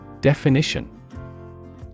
Definition